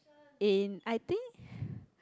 in I think